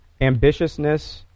ambitiousness